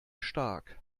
stark